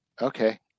Okay